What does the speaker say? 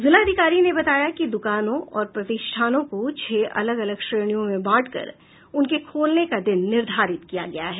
जिलाधिकारी ने बताया कि दुकानों और प्रतिष्ठानों को छह अलग अलग श्रेणियों में बांटकर उनके खोलने का दिन निर्धारित किया गया है